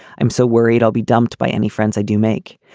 i'm so worried i'll be dumped by any friends i do make.